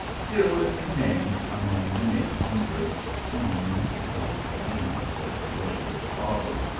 still it contains, among many ponderous tomes of polemics of the jesuit fathers,